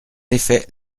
effet